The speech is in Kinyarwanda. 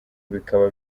bikaba